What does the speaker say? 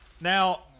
Now